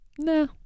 No